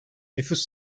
nüfus